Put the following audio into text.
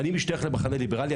אני משתייך למחנה ליברלי,